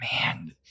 Man